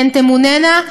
והן תמונינה.